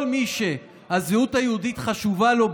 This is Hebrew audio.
כל מי שהזהות היהודית חשובה לו,